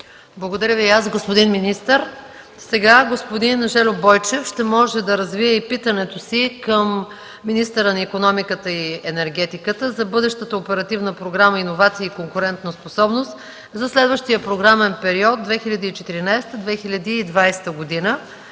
Благодаря Ви и аз, господин министър. Сега господин Жельо Бойчев ще може да развие питането си към министъра на икономиката и енергетиката за бъдещата Оперативна програма „Иновации и конкурентоспособност” за следващия програмен период 2014-2020 г.